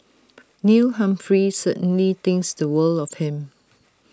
Neil Humphrey certainly thinks the world of him